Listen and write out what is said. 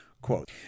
quote